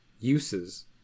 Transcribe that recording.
uses